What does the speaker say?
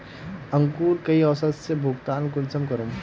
अंकूर कई औसत से भुगतान कुंसम करूम?